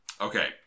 okay